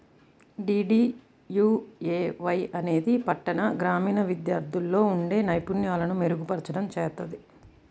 DDUAY అనేది పట్టణ, గ్రామీణ విద్యార్థుల్లో ఉండే నైపుణ్యాలను మెరుగుపర్చడం చేత్తది